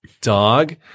dog